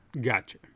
gotcha